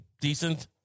decent